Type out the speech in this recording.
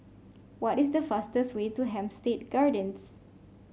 what is the fastest way to Hampstead Gardens